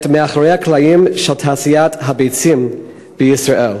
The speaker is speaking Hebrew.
את מאחורי הקלעים של תעשיית הביצים בישראל.